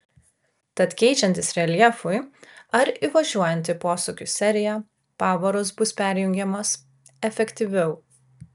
tad keičiantis reljefui ar įvažiuojant į posūkių seriją pavaros bus perjungiamos efektyviau